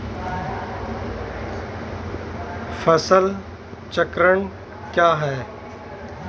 फसल चक्रण क्या है?